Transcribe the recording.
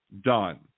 done